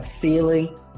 feeling